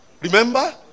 Remember